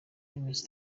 y’iminsi